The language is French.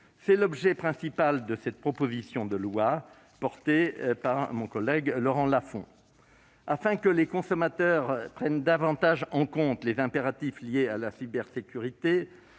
C'est l'objet principal de cette proposition de loi, portée par notre collègue Laurent Lafon. Afin que les consommateurs prennent davantage en compte les impératifs liés à la cybersécurité,